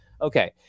Okay